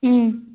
ம்